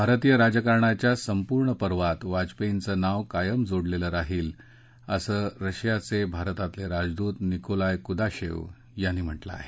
भारतीय राजकारणाच्या संपूर्ण पर्वात वाजपेयीचं नाव कायम जोडलेलं राहिलं असं रशियाचे भारतातले राजदूत निकोलाय कुदाशेव यांनी म्हटलं आहे